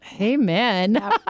amen